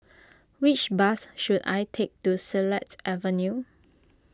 which bus should I take to Silat Avenue